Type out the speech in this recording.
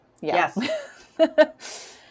yes